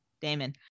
Damon